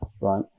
right